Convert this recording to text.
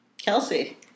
Kelsey